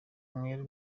umwere